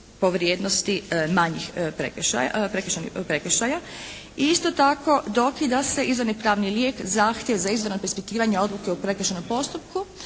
po vrijednosti manjih prekršaja. I isto tako dokida se izvorni pravni lijek zahtjev za izravno preispitivanje odluke u prekršajnom postupku,